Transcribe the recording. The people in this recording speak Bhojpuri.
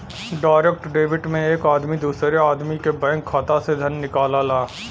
डायरेक्ट डेबिट में एक आदमी दूसरे आदमी के बैंक खाता से धन निकालला